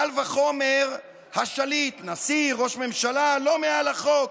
וקל וחומר השליט, נשיא, ראש ממשלה, לא מעל החוק.